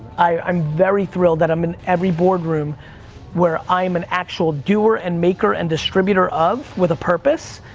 i'm very thrilled that i'm in every boardroom where i'm an actual doer and maker and distributor of, with a purpose,